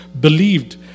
believed